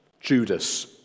Judas